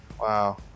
Wow